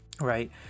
right